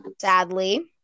sadly